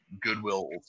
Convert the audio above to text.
Goodwill